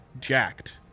jacked